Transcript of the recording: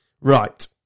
Right